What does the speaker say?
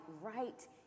right